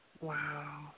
Wow